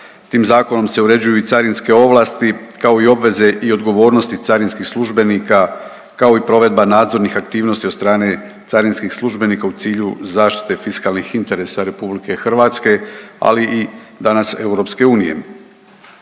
Tim zakonom se uređuju i carinske ovlasti kao i obveze i odgovornosti carinskih službenika kao i provedba nadzornih aktivnosti od strane carinskih službenika u cilju zaštite fiskalnih interesa RH, ali i danas EU. Što se tiče